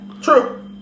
True